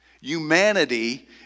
Humanity